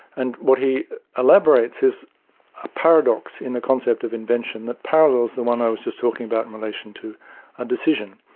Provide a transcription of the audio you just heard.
and what he elaborates is a paradox in the concept of invention that parallels the one i was just talking about in relation to a decision.